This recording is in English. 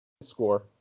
score